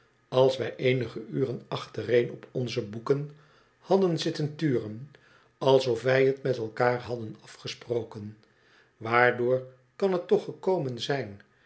als wij eenige uren achtereen op onze boeken hadden zitten turen alsof wij t met elkaar hadden afgesproken waardoor kan het toch gekomen zijn